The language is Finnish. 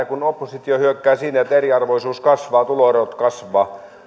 kun oppositio hyökkää siinä että eriarvoisuus kasvaa tuloerot kasvavat